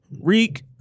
Reek